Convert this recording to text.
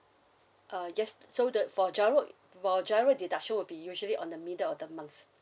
uh yes so the for GIRO for GIRO deduction will be usually on the middle of the month